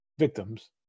victims